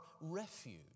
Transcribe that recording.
refuge